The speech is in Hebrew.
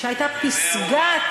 שהיו פסגת